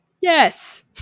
Yes